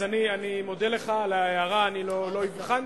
אז אני מודה לך על ההערה, אני לא הבחנתי.